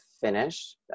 finish